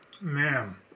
ma'am